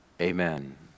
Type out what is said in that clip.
amen